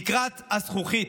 תקרת הזכוכית,